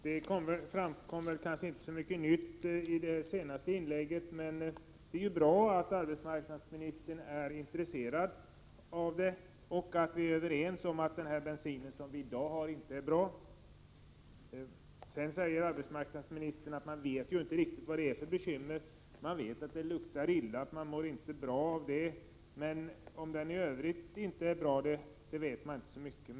Herr talman! Det framkom kanske inte så mycket nytt i det senaste 22 mars 1988 inlägget, men det är ju bra att arbetsmarknadsministern är intresserad och att vi är överens om att den bensin som vi har i dag inte är bra. Arbetsmarknadsministern säger att vi inte vet riktigt vad det är för bekymmer. Vi vet att det luktar illa och att man inte mår bra men inte vet om bränslet i övrigt är bra.